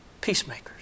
peacemakers